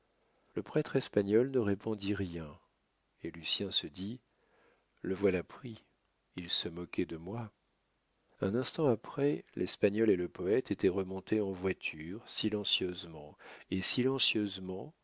le prêtre espagnol ne répondit rien et lucien se dit le voilà pris il se moquait de moi un instant après l'espagnol et le poète étaient remontés en voiture silencieusement et silencieusement